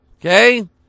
Okay